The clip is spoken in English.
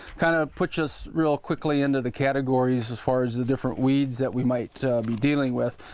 kinda puts us real quickly into the category as as far as the different weeds that we might be dealing with.